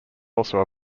also